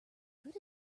good